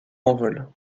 envol